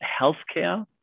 healthcare